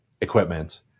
equipment